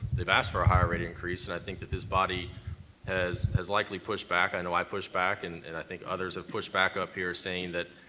they've asked for a higher rate increase, and i think that this body has has likely pushed back. i know i pushed back and and i think others have pushed back up here saying that,